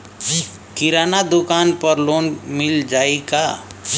किराना दुकान पर लोन मिल जाई का?